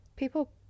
People